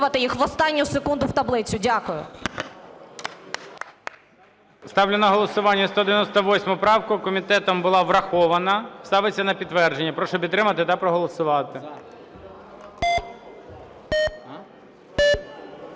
Ставлю на голосування 198 правку, комітетом була врахована, ставиться на підтвердження. Прошу підтримати та проголосувати.